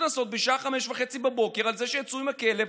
קנסות בשעה 05:30 על זה שהם יצאו עם הכלב,